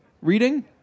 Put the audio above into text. reading